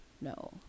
No